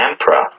emperor